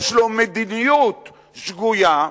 יש לו מדיניות שגויה,